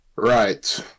Right